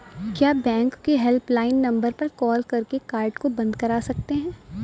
क्या बैंक के helpline number पर कॉल करके कार्ड को बंद करा सकते हैं?